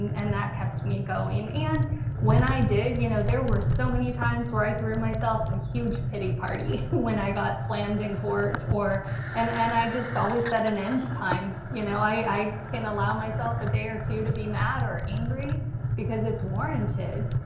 and that kept me going. and when i did, you know there were so many times where i threw myself a huge pity party when i got slammed in court. and and i just always set an end time. you know i can allow myself a day or two to be mad or angry because it's warranted.